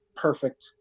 perfect